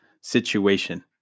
situation